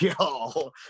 yo